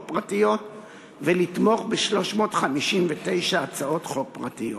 פרטיות ולתמוך ב-359 הצעות חוק פרטיות.